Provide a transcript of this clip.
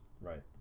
right